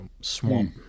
swamp